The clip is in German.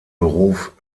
beruf